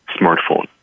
smartphone